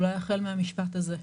אולי החל מהמשפט הזה.